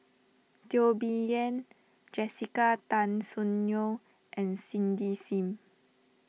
Teo Bee Yen Jessica Tan Soon Neo and Cindy Sim